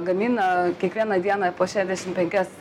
gamina kiekvieną dieną po šešiasdešim penkias